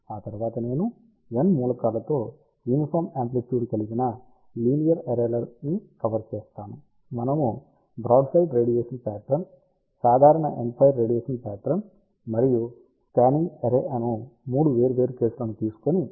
ఆ తర్వాత నేను N మూలకాలతో యూనిఫాం యాంప్లిట్యుడ్ కలిగిన లీనియర్ అర్రే ల ని కవర్ చేస్తాను మనము బ్రాడ్సైడ్ రేడియేషన్ ప్యాట్రన్ సాధారణ ఎండ్ఫైర్ రేడియేషన్ ప్యాట్రన్ మరియు స్కానింగ్ అర్రే అను 3 వేర్వేరు కేసులను తీసుకుని